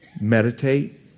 meditate